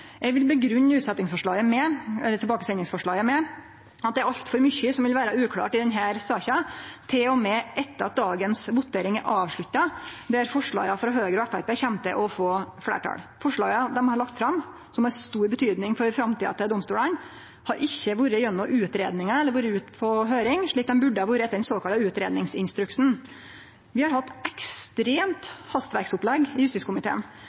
Eg vil grunngje tilbakesendingsforslaget med at det er altfor mykje som vil vere uklart i denne saka til og med etter at dagens votering er avslutta, der forslaga frå Høgre og Framstegspartiet kjem til å få fleirtal. Forslaga dei har lagt fram, som har stor betydning for framtida til domstolane, har ikkje vore igjennom utgreiingar eller vore ute på høyring, slik dei burde har vore etter den såkalla utgreiingsinstruksen. Vi har hatt eit ekstremt hastverksopplegg i justiskomiteen.